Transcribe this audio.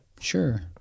Sure